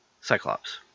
Cyclops